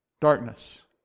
darkness